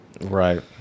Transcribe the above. Right